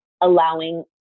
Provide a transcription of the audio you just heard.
allowing